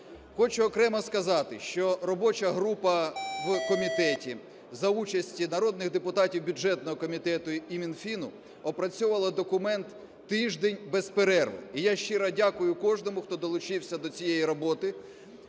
Хочу окремо сказати, що робоча група в комітеті за участі народних депутатів бюджетного комітету і Мінфіну опрацьовувала документ тиждень без перерви. І я щиро дякую кожному, хто долучився до цієї роботи.